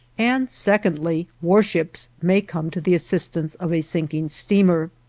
and secondly, warships may come to the assistance of a sinking steamer.